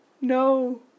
no